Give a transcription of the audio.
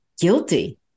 guilty